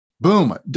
Boom